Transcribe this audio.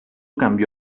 cambió